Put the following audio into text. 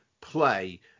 play